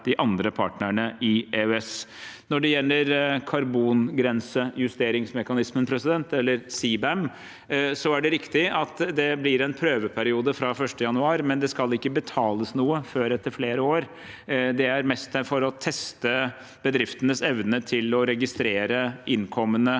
Når det gjelder karbongrensejusteringsmekanismen, eller CBAM, er det riktig at det blir en prøveperiode fra 1. januar, men det skal ikke betales noe før etter flere år. Det er der mest for å teste bedriftenes evne til å registrere innkommende